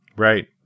Right